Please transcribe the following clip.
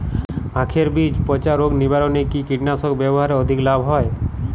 আঁখের বীজ পচা রোগ নিবারণে কি কীটনাশক ব্যবহারে অধিক লাভ হয়?